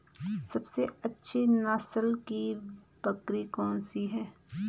सबसे अच्छी नस्ल की बकरी कौन सी है?